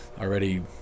already